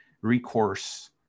recourse